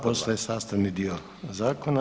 Postaje sastavni dio zakona.